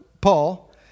Paul